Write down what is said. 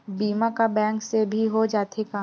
बीमा का बैंक से भी हो जाथे का?